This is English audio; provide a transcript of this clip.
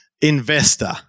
Investor